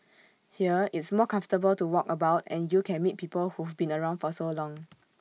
here it's more comfortable to walk about and you can meet people who've been around for so long